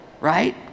right